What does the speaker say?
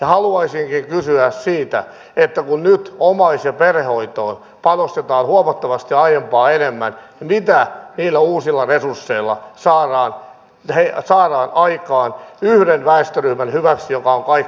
haluaisinkin kysyä siitä kun nyt omaisen perhehoitoon panostetaan huomattavasti aiempaa enemmän mitä niillä uusilla resursseilla saadaan aikaan sen yhden väestöryhmän hyväksi joka on kaikkein heikoimmilla